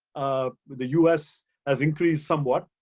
ah the us has increased somewhat.